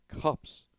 cups